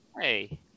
Hey